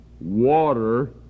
water